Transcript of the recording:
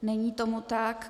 Není tomu tak.